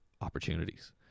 opportunities